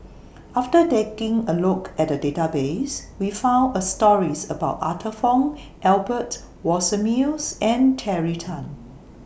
after taking A Look At The Database We found A stories about Arthur Fong Albert Winsemius and Terry Tan